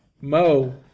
Mo